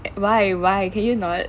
why why can you not